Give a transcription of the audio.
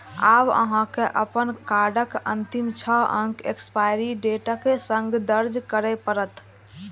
आब अहां के अपन कार्डक अंतिम छह अंक एक्सपायरी डेटक संग दर्ज करय पड़त